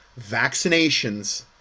Vaccinations